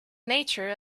nature